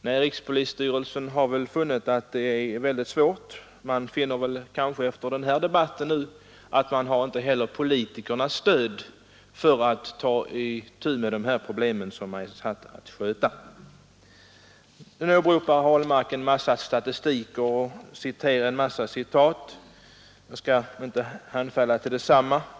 Nej, rikspolisstyrelsen har väl funnit att det är väldigt svårt. Man finner kanske efter den här debatten att man inte heller har politikernas stöd för att ta itu med de här problemen som man är satt att behandla. Herr Ahlmark åberopar en massa statistik och anför en mängd citat. Jag skall inte hemfalla till detsamma.